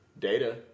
data